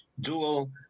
dual